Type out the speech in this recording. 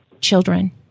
children